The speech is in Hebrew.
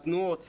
התנועות וכמובן,